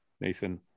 Nathan